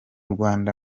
rwanda